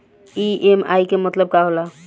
EMI के मतलब का होला?